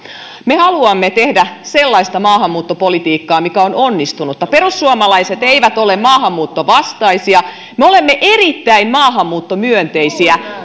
me haluamme tehdä sellaista maahanmuuttopolitiikkaa mikä on onnistunutta perussuomalaiset eivät ole maahanmuuttovastaisia me olemme erittäin maahanmuuttomyönteisiä